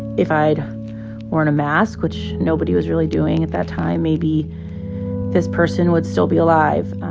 if i'd worn a mask which nobody was really doing at that time maybe this person would still be alive